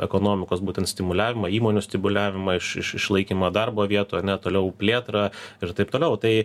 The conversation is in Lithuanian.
ekonomikos būtent stimuliavimą įmonių stibuliavimą iš iš išlaikymo darbo vietų ane toliau plėtrą ir taip toliau tai